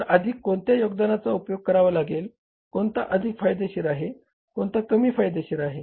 तर आधी कोणत्या योगदानाचा उपयोग करावा लागेल कोणता अधिक फायदेशीर आहे कोणता कमी फायदेशीर आहे